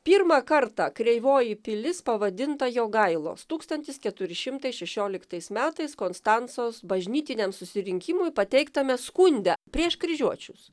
pirmą kartą kreivoji pilis pavadinta jogailos tūkstantis keturi šimtai šešioliktais metais konstancos bažnytiniam susirinkimui pateiktame skunde prieš kryžiuočius